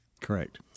Correct